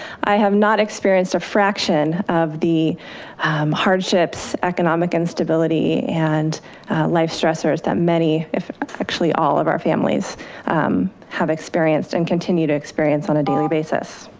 i have not experienced a fraction of the hardships, economic instability and life stressors that many, actually all of our families have experienced and continue to experience on a daily basis.